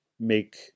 make